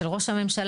של ראש כממשלה.